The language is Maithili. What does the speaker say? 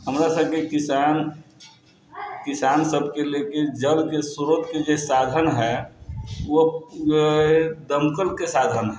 हमरा सबके किसान किसान सबके लेल जलके स्रोतके जे साधन है दमकलके साधन है